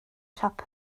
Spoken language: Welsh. siop